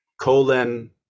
colon